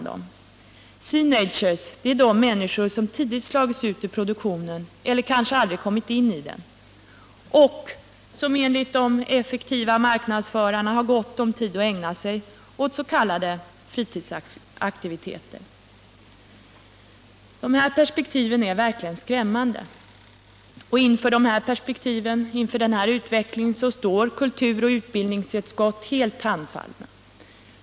”Seenagers” är de människor som tidigt slagits ut ur produktionen eller kanske aldrig kommit in i den och som enligt de effektiva marknadsförarna har gott om tid att ägna sig åt s.k. fritidsaktiviteter. Perspektiven är verkligen skrämmande. Inför denna utveckling står kulturutskottet och utbildningsutskottet helt handfallna.